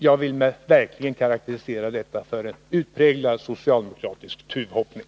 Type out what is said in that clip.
Jag vill verkligen karakterisera detta som en utpräglad socialdemokratisk tuvhoppning.